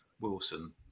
Wilson